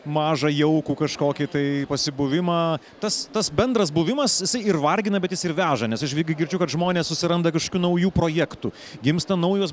mažą jaukų kažkokį tai pasibuvimą tas tas bendras buvimas jisai ir vargina bet jis ir veža nes aš irgi girdžiu kad žmonės susiranda kažkokių naujų projektų gimsta naujos